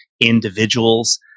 individuals